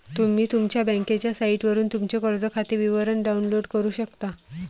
तुम्ही तुमच्या बँकेच्या साइटवरून तुमचे कर्ज खाते विवरण डाउनलोड करू शकता